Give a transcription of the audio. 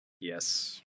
Yes